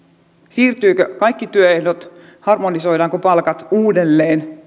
siirtyvätkö kaikki työehdot harmonisoidaanko palkat uudelleen